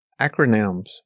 Acronyms